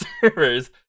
servers